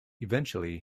eventually